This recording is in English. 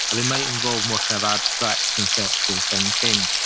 or they might involve more kind of abstract conceptual thinking.